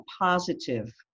positive